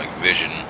vision